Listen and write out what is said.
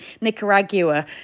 Nicaragua